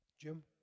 Jim